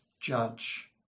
judge